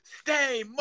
stay